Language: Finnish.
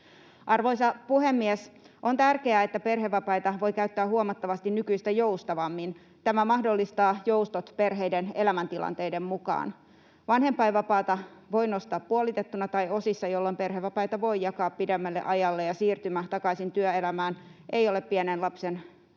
Arvoisa puhemies! On tärkeää, että perhevapaita voi käyttää huomattavasti nykyistä joustavammin. Tämä mahdollistaa joustot perheiden elämäntilanteiden mukaan. Vanhempainvapaata voi nostaa puolitettuna tai osissa, jolloin perhevapaita voi jakaa pidemmälle ajalle ja siirtymä takaisin työelämään ei ole pienen lapsen vanhemmalle